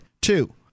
Two